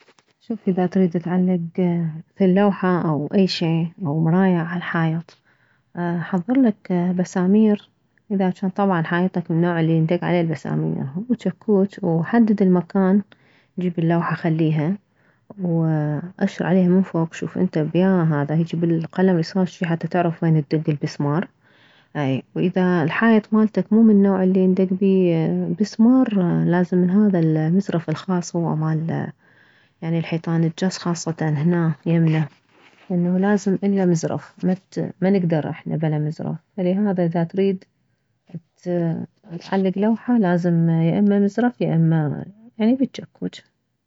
شوف اذا تريد تعلك مثل لوحة او اي شي او مراية عالحايط حضرلك بسامير اذا جان طبعا حايطك من نوع اليندك عليه بالسامير وجكوج وحدد المكان جيب اللوحة خليها وأشر عليها من فوك شوف انت بيا هذا هيجي بالقلم بسمار شي حتى تعرف وين تدك البسمار اي واذا الحايط مالتك مو من اللي النوع اليندك بيه بسمار لازم من هذا المزرف الخاص هو مال يعني الحيطان الجص خاصة هنا يمنا انه لازم الا مزرف ما نكدر احنا بلا مزرف فلهذا اذا تريد تعلك لوحة لازم يا اما مزرف يا اما يعني بالجكوج